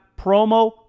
promo